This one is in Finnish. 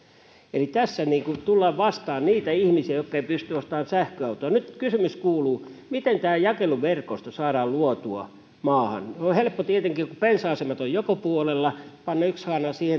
eli tässä tullaan vastaan niitä ihmisiä jotka eivät pysty ostamaan sähköautoa nyt kysymys kuuluu miten tämä jakeluverkosto saadaan luotua maahan no se on helppoa tietenkin kun bensa asemia on joka puolella pannaan siihen yksi